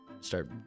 start